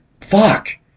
Fuck